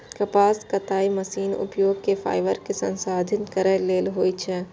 कपास कताइ मशीनक उपयोग फाइबर कें संसाधित करै लेल होइ छै